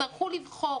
שהצטרכו לבחור,